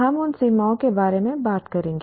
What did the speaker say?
हम उन सीमाओं के बारे में बात करेंगे